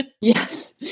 Yes